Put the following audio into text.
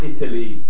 Italy